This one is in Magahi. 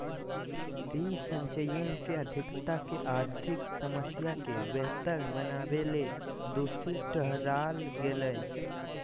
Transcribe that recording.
ऋण संचयन के अधिकता के आर्थिक समस्या के बेहतर बनावेले दोषी ठहराल गेलय